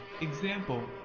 example